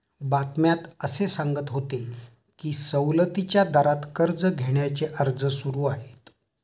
बातम्यात असे सांगत होते की सवलतीच्या दरात कर्ज घेण्याचे अर्ज सुरू आहेत